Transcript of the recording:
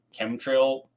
chemtrail